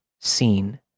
seen